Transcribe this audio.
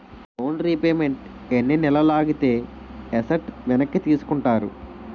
Loan repayment ఎన్ని నెలలు ఆగితే ఎసట్ వెనక్కి తీసుకుంటారు?